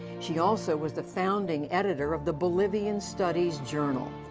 she also was the founding editor of the bolivian studies journal.